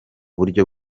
buryo